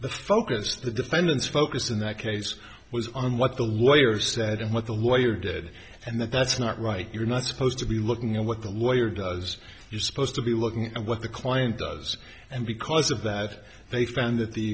the focus the defendant's focus in that case was on what the lawyer said and what the lawyer did and that's not right you're not supposed to be looking at what the lawyer does you're supposed to be looking at and what the client does and because of that they found that the